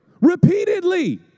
repeatedly